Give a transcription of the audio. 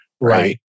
Right